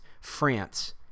France